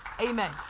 Amen